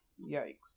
Yikes